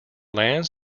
lands